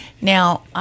Now